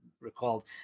recalled